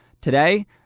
Today